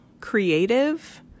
creative